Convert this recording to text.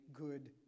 good